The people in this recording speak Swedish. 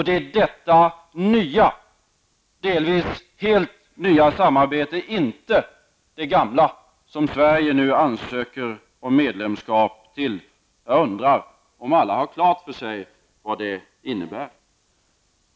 Det är detta delvis helt nya samarbete, inte det gamla, som Sverige nu ansöker om medlemskap till. Jag undrar om alla har klart för sig vad det innebär.